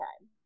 time